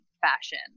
fashion